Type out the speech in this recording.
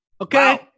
okay